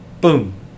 boom